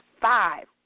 five